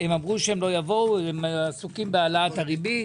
הם אמרו שלא יבואו הם עסוקים בהעלאת הריבית.